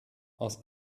aus